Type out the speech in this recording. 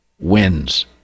wins